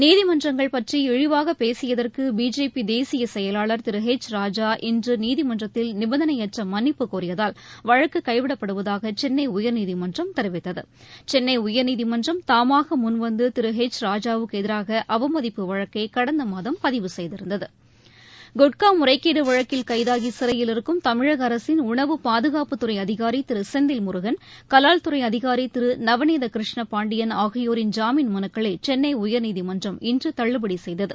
நீதிமன்றங்கள் பற்றி இழிவாக பேசியதற்கு பிஜேபி தேசிய செயலாளர் திரு எச் ராஜா இன்று நீதிமன்றத்தில் நிபந்தனையற்ற மன்னிப்பு கோரியதால் வசழக்கு கைவிடப்படுவதாக சென்னை உயர்நீதிமன்றம் தெரிவித்தது சென்னை உயர்நீதிமன்றம் தாமாக முன்வந்து திரு எச் ராஜாவுக்கு எதிராக அவமதிப்பை வழக்கை கடந்த மாதம் பதிவு செய்திருந்தது குட்கா முறைகேடு வழக்கில் கைதாகி சிறையில் இருக்கும் தமிழக அரசின் உணவு பாதுகாப்புத் துறை அதிகாரி திரு செந்தில் முருகன் கலால்துறை அதிகாரி திரு நவநீதி கிருஷ்ண பாண்டியன் ஆகியோரின் ஜாமீன் மனுக்களை சென்னை உயர்நீதிமன்றம் இன்று தள்ளுபடி செய்தது